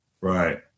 Right